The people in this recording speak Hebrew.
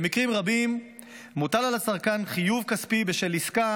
במקרים רבים מוטל על הצרכן חיוב כספי בשל עסקה